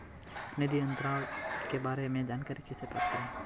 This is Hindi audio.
निधि अंतरण के बारे में जानकारी कैसे प्राप्त करें?